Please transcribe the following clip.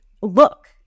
look